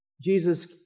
Jesus